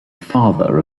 father